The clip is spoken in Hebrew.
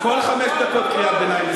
כל חמש דקות קריאת ביניים,